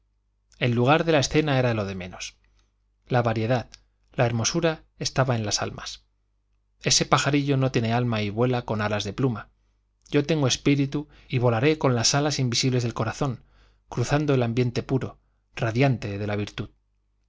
el lugar de la escena era lo de menos la variedad la hermosura estaba en las almas ese pajarillo no tiene alma y vuela con alas de pluma yo tengo espíritu y volaré con las alas invisibles del corazón cruzando el ambiente puro radiante de la virtud